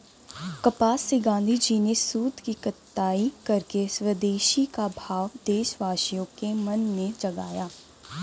कपास से गाँधीजी ने सूत की कताई करके स्वदेशी का भाव देशवासियों के मन में जगाया